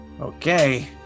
Okay